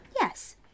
Yes